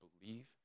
believe